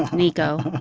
nico,